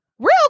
Real